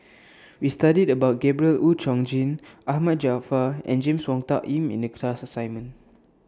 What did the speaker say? We studied about Gabriel Oon Chong Jin Ahmad Jaafar and James Wong Tuck Yim in The class assignment